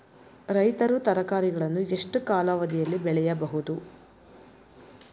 ರೈತರು ತರಕಾರಿಗಳನ್ನು ಎಷ್ಟು ಕಾಲಾವಧಿಯಲ್ಲಿ ಬೆಳೆಯಬಹುದು?